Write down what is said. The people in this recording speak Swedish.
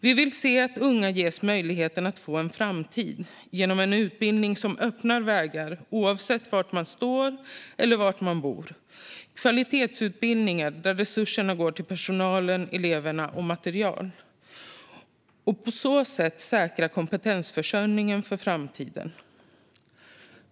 Vi vill att unga ges möjlighet att få en framtid genom en utbildning som öppnar vägar oavsett var man står eller var man bor. Det ska vara kvalitetsutbildningar där resurserna går till personalen, eleverna och material. På så sätt säkrar vi kompetensförsörjningen för framtiden.